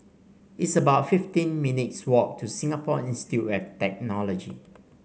it's about fifteen minutes' walk to Singapore Institute of Technology